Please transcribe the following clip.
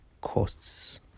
costs